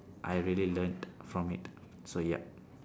I really learnt from it so yup